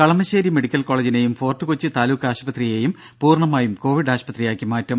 Kalamassery medical കോളജിനെയും Fort Kochi താലൂക്കാശുപത്രിയേയും പൂർണമായും കോവിഡ് ആശുപത്രിയാക്കി മാറ്റും